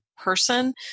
Person